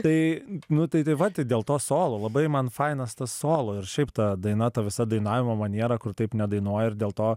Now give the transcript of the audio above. tai nu tai tai va tai dėl to solo labai man fainas tas solo ir šiaip ta daina ta visa dainavimo maniera kur taip nedainuoja ir dėl to